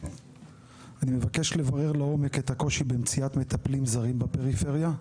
אני מבקש לברר לעומק את הקושי במציאת מטפלים זרים בפריפריה,